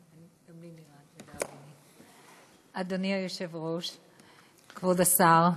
אדוני היושב-ראש, כבוד השר,